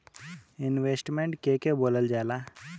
Investment के के बोलल जा ला?